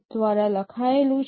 દ્વારા લખાયેલું છે